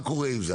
מה קורה עם זה?